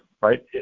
right